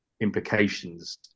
implications